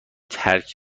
ترک